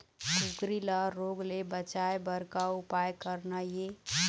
कुकरी ला रोग ले बचाए बर का उपाय करना ये?